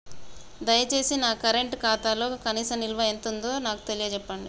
దయచేసి నా కరెంట్ ఖాతాలో కనీస నిల్వ ఎంతుందో నాకు తెలియచెప్పండి